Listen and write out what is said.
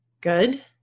good